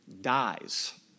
dies